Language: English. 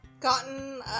gotten